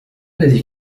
الذي